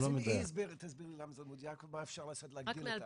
אז שתסביר לי למה זה לא מדויק ומה אפשר לעשות כדי להגדיל אותה?